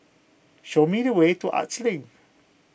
show me the way to Arts Link